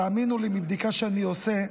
תאמינו לי, מבדיקה שאני עושה,